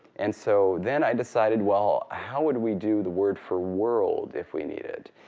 and so then i decided, well, how would we do the word for world if we needed.